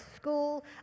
school